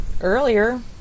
earlier